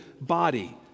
body